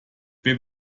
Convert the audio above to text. wer